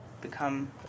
become